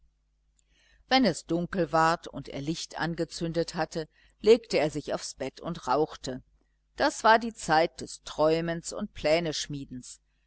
wenn es dunkel ward und er licht angezündet hatte legte er sich aufs bett und rauchte das war die zeit des träumens und